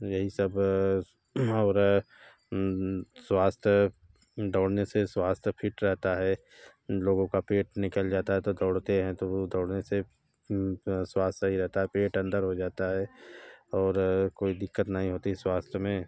यही सब और स्वास्थ्य दौड़ने से स्वास्थ्य फिट रहता है लोगों का पेट निकल जाता है तो दौड़ते हैं तो दौड़ने से स्वास्थ्य सही रहता है पेट अंदर हो जाता है और कोई दिक्कत नहीं होती स्वास्थ्य में